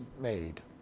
made